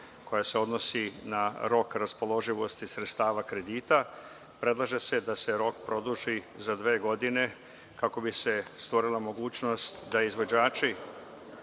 koji se odnosi na rok raspoloživosti sredstava kredita. Predlaže se da se rok produži za dve godine, kako bi se stvorila mogućnost da izvođači